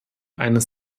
eines